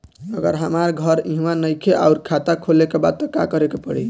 अगर हमार घर इहवा नईखे आउर खाता खोले के बा त का करे के पड़ी?